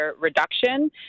reduction